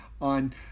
on